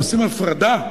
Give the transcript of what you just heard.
עושים הפרדה.